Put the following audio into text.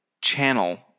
channel